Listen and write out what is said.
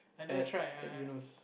at at Eunos